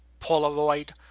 Polaroid